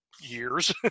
years